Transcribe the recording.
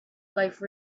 life